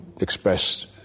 express